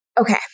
Okay